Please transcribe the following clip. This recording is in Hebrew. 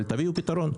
אבל תביאו פתרון.